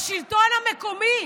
לשלטון המקומי,